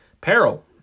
Peril